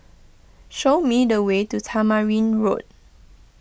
show me the way to Tamarind Road